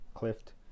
Clift